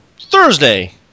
Thursday